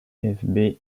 vfb